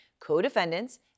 co-defendants